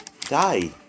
Die